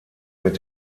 mit